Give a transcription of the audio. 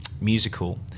musical